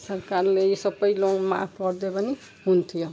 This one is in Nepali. सरकारले यो सबै लोन माफ गरिदियो भने हुन्थ्यो